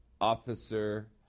officer